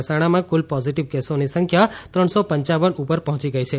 મહેસાણામાં કુલ પોઝીટીવ કેસોની સંખ્યા ત્રણ સો પંચાવન ઉપર પહોંચી ગઇ છે